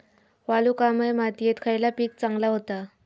वालुकामय मातयेत खयला पीक चांगला होता?